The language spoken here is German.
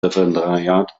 referendariat